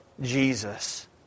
Jesus